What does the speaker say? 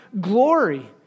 glory